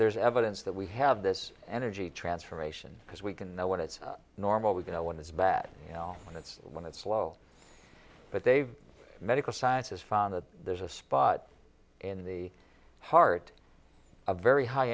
there's evidence that we have this energy transformation because we can know what it's normal we can know when it's bad you know when it's when it's low but they medical science has found that there's a spot in the heart a very high